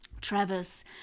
Travis